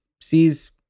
sees